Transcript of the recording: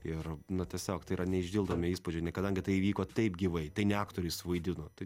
ir na tiesiog tai yra neišdildomi įspūdžiai kadangi tai įvyko taip gyvai tai ne aktoriai suvaidino tai